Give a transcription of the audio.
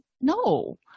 no